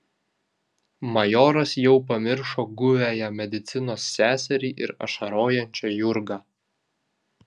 majoras jau pamiršo guviąją medicinos seserį ir ašarojančią jurgą